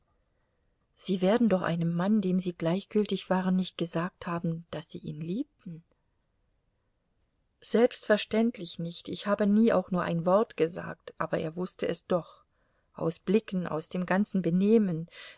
sie werden doch einem mann dem sie gleichgültig waren nicht gesagt haben daß sie ihn liebten selbstverständlich nicht ich habe nie auch nur ein wort gesagt aber er wußte es doch aus blicken aus dem ganzen benehmen